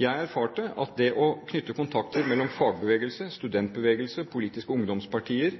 Jeg erfarte at det å knytte kontakter mellom fagbevegelse, studentbevegelse, politiske ungdomspartier